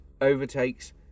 overtakes